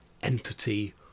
entity